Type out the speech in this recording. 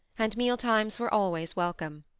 and meal-times were always welcome.